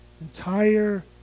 entire